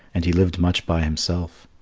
and he lived much by himself.